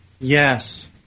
Yes